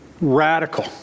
radical